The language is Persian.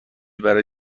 برای